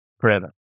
forever